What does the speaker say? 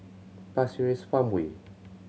Pasir Ris Farmway